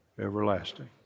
everlasting